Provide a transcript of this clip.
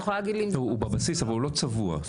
הוא בבסיס אבל הוא לא צבוע.